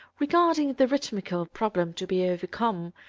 regarding the rhythmical problem to be overcome,